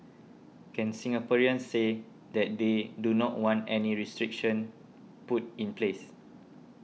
can Singaporeans say that they do not want any restriction put in place